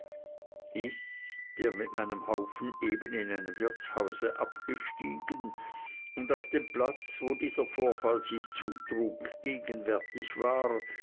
ich der mit meinem haufen eben in einem wirtshause abgestiegen und auf dem platz wo dieser vorfall sich zutrug gegenwärtig war